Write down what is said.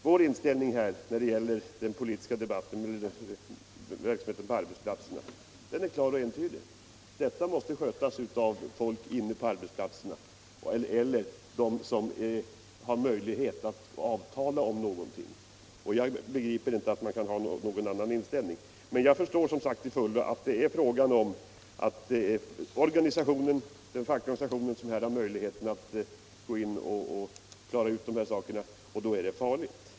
Vår inställning när det gäller den politiska debatten och verksamheten på arbetsplatserna är klar och ensidig. Dessa frågor måste skötas av folk inne på arbetsplatserna eller av dem som har möjlighet att avtala om någonting. Jag begriper inte att man kan ha någon annan inställning. Men jag förstår till fullo att centern har den uppfattningen att när de fackliga organisationerna får möjlighet att klara ut dessa saker, då är det farligt.